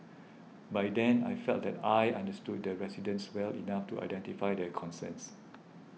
by then I felt that I understood the residents well enough to identify their concerns